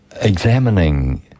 examining